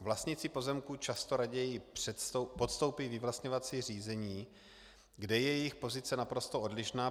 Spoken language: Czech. Vlastníci pozemků často raději podstoupí vyvlastňovací řízení, kde je jejich pozice naprosto odlišná.